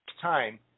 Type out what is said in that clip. time